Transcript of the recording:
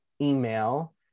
email